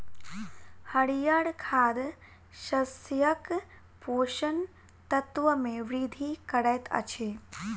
हरीयर खाद शस्यक पोषक तत्व मे वृद्धि करैत अछि